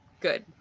Good